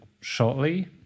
shortly